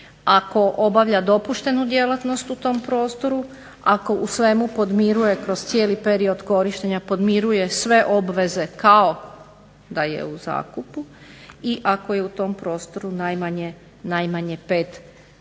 ako obavlja dopuštenu djelatnost u tom prostoru ako u svemu podmiruje kroz cijeli period korištenja podmiruje sve obveze kao da je u zakupu i ako je u tom prostoru najmanje 5 godina,